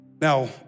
Now